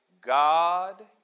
God